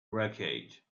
wreckage